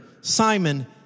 Simon